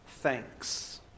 thanks